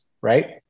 right